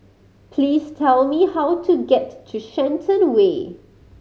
please tell me how to get to Shenton Way